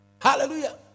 Hallelujah